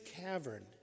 cavern